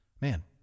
man